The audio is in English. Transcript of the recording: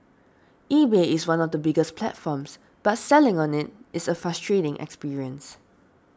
eBay is one of the biggest platforms but selling on it is a frustrating experience